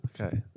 Okay